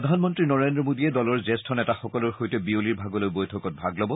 প্ৰধানমন্ত্ৰী নৰেন্দ্ৰ মোডীয়ে দলৰ জ্যেষ্ঠ নেতাসকলৰ সৈতে বিয়লিৰ ভাগলৈ বৈঠকত ভাগ ল'ব